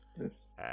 Yes